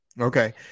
Okay